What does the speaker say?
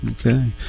Okay